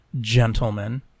gentlemen